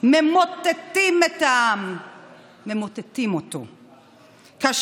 ואתה מלמד אותנו על